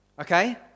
Okay